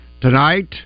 tonight